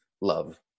love